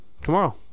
Tomorrow